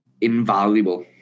invaluable